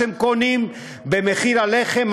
במחיר הלחם,